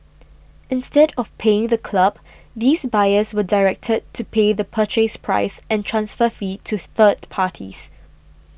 instead of paying the club these buyers were directed to pay the Purchase Price and transfer fee to third parties